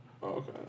Okay